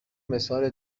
مثال